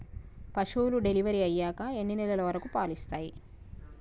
పశువులు డెలివరీ అయ్యాక ఎన్ని నెలల వరకు పాలు ఇస్తాయి?